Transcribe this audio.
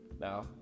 Now